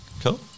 Cool